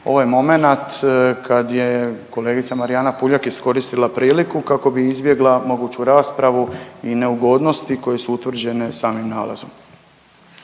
ovo je momenat kad je kolegica Marijana Puljak iskoristila priliku kako bi izbjegla moguću raspravu i neugodnosti koje su utvrđene samim nalazom.